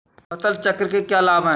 फसल चक्र के क्या लाभ हैं?